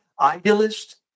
idealist